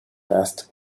best